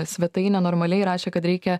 svetainė normaliai rašė kad reikia